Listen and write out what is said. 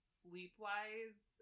sleep-wise